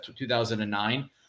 2009